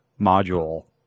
module